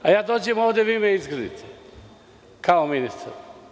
A ja dođem ovde i vi me izgrdite, kao ministra.